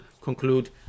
conclude